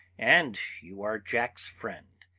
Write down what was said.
and you are jack's friend,